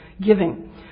giving